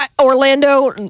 Orlando